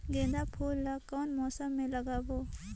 गेंदा फूल ल कौन मौसम मे लगाबो?